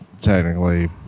technically